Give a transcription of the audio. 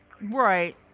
Right